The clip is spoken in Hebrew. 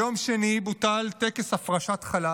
ביום שני בוטל טקס הפרשת חלה